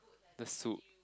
the soup